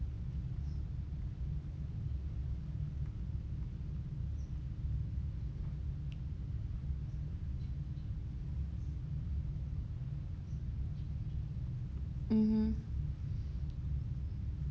mmhmm